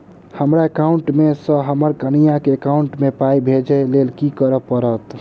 हमरा एकाउंट मे सऽ हम्मर कनिया केँ एकाउंट मै पाई भेजइ लेल की करऽ पड़त?